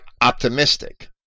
optimistic